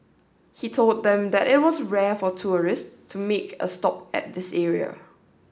he told them that it was rare for tourists to make a stop at this area